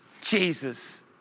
Jesus